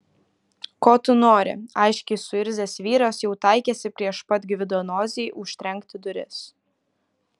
ko tu nori aiškiai suirzęs vyras jau taikėsi prieš pat gvido nosį užtrenkti duris